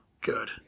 good